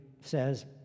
says